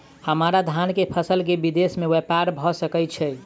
हम्मर धान केँ फसल केँ विदेश मे ब्यपार भऽ सकै छै?